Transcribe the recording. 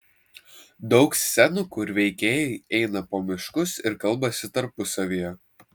daug scenų kur veikėjai eina po miškus ir kalbasi tarpusavyje